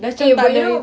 eh but you know